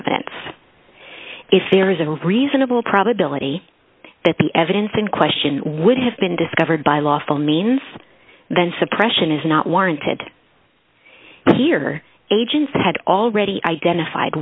evidence if there is a reasonable probability that the evidence in question would have been discovered by lawful means then suppression is not warranted here agents had already identified